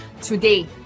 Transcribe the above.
Today